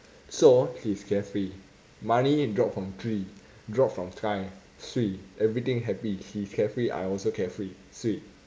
so she is carefree money drop from tree drop from sky swee everything happy she's carefree I'm also carefree swee